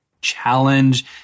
challenge